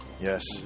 Yes